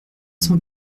cent